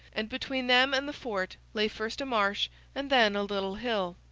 and between them and the fort lay first a marsh and then a little hill.